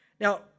Now